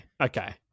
Okay